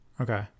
Okay